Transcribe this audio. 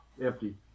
empty